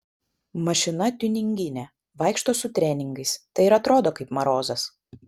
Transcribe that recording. mašina tiuninginė vaikšto su treningais tai ir atrodo kaip marozas